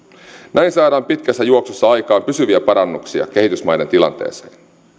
näin saadaan pitkässä juoksussa aikaan pysyviä parannuksia kehitysmaiden tilanteeseen